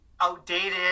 outdated